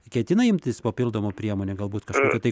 ketina imtis papildomų priemonių galbūt kažkokių tai